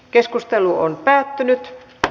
keskustelua ei syntynyt